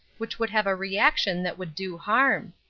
which would have a reaction that would do harm.